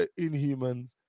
Inhumans